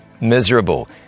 miserable